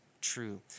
true